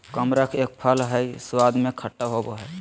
कमरख एक फल हई स्वाद में खट्टा होव हई